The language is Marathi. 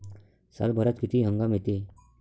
सालभरात किती हंगाम येते?